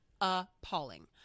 appalling